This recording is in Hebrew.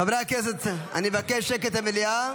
חברי הכנסת, אני מבקש שקט במליאה.